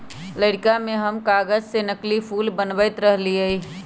लइरका में हम कागज से नकली फूल बनबैत रहियइ